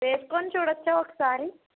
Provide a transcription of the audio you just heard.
వేసుకుని చూడవచ్చా ఒకసారి